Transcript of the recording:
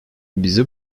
bize